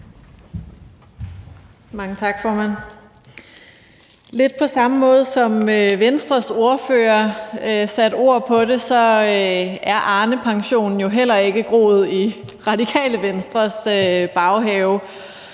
Mange tak, formand. Lidt på samme måde som Venstres ordfører satte ord på det, så er Arnepensionen jo heller ikke groet i Radikale Venstres baghave.